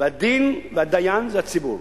והדין והדיין זה הציבור.